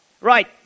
Right